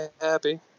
happy